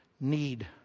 need